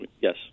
yes